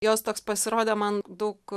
jos toks pasirodė man daug